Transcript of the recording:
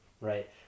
Right